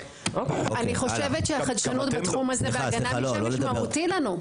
אני חושבת שהחדשנות בתחום הזה בהגנה לשמש מהותי לנו.